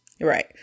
Right